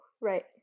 right